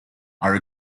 are